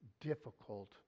difficult